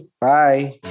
bye